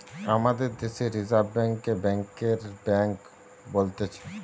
আমাদের দেশে reserve bank কে ব্যাংকের বেঙ্ক বোলছে